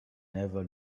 never